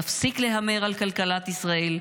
תפסיק להמר על כלכלת ישראל,